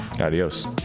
Adios